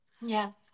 yes